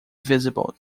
visible